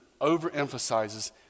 overemphasizes